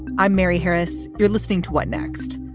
i'm mary harris. you're listening to what next.